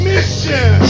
Mission